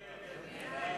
נתקבלה.